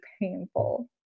painful